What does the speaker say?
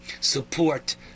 support